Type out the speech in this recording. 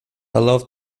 allowed